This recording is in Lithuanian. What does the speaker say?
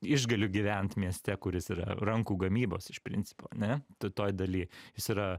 išgaliu gyvent mieste kuris yra rankų gamybos iš principo ne t toj daly jis yra